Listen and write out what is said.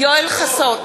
יואל חסון,